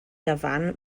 gyfan